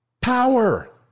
power